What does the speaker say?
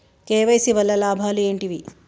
KYC వల్ల లాభాలు ఏంటివి?